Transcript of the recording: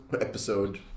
episode